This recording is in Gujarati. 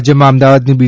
રાજ્યમાં અમદાવાદની બી